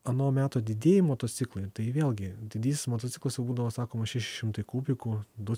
ano meto didieji motociklai tai vėlgi didysis motociklas jau būdavo sakoma šeši šimtai kūbikų du